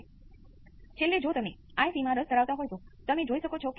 અને છેલ્લે તમે આ કરો તો તમને ઉકેલ મળશે